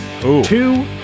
Two